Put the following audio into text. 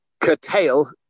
curtail